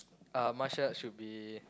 uh martial arts should be